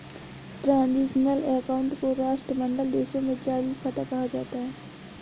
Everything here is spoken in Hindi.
ट्रांजिशनल अकाउंट को राष्ट्रमंडल देशों में चालू खाता कहा जाता है